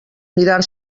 mirar